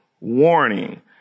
Warning